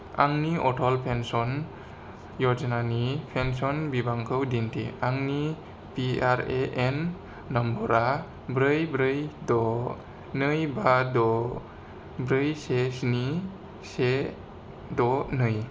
आंनि अटल पेन्सन य'जनानि पेन्सन बिबांखौ दिन्थि आंनि पि आर ए एन नम्बरआ ब्रै ब्रै द नै बा द ब्रै से स्नि से द नै